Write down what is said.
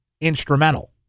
Instrumental